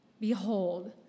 Behold